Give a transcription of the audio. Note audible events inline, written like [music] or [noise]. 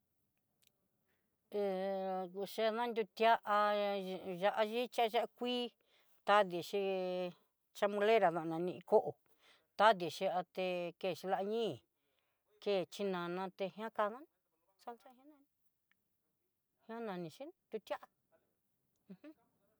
Ke [hesitation] kuchena nruti'a ya'á ichí ya'á kui, tadi chí chamulerá tan nani koó, tadi xhiaté kuchú liá ni'i ké xhinana té ñá jakadán salsa jená nani xhí nrutia uj. [hesitation]